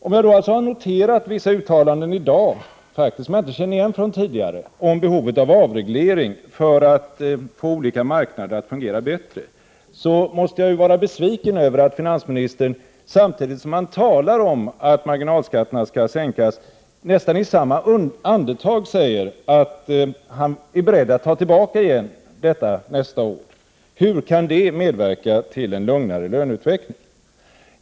Om jag alltså har noterat vissa uttalanden i dag, som jag inte känner igen från tidigare debatter, om behovet av avreglering för att få olika marknader att fungera bättre, så måste jag vara besviken över att finansministern, nästan i samma andetag som han talar om att marginalskatterna skall sänkas, säger att han är beredd att ta tillbaka pengarna igen nästa år. Hur kan det medverka till en lugnare löneutveckling?